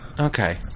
Okay